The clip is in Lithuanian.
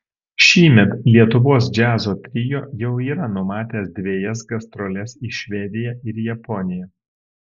šįmet lietuvos džiazo trio jau yra numatęs dvejas gastroles į švediją ir japoniją